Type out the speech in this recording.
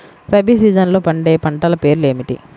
రబీ సీజన్లో పండే పంటల పేర్లు ఏమిటి?